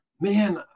man